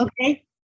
Okay